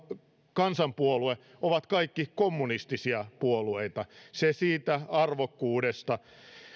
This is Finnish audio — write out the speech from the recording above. kansanpuolue ovat kaikki kommunistisia puolueita se siitä arvokkuudesta